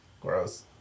Gross